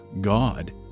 god